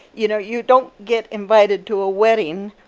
you know? you don't get invited to a wedding,